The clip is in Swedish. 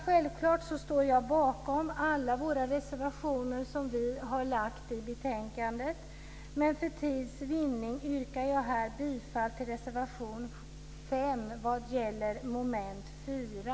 Självklart står jag bakom alla de reservationer som vi har fogat till betänkandet, men för tids vinning yrkar jag här bifall till reservation 5 under punkt 4.